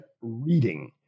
reading